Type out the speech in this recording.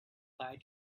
buy